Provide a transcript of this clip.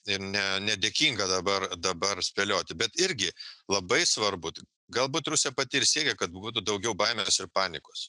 ir ne nedėkinga dabar dabar spėlioti bet irgi labai svarbu t galbūt rusija pati ir siekia kad būtų daugiau baimės ir panikos